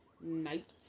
night